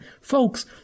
Folks